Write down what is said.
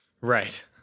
Right